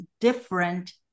different